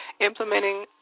implementing